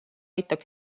aitab